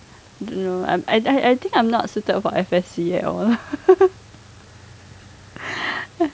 I don't know I I think I'm not suited for F_S_C at all